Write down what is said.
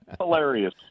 Hilarious